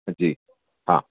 जी हा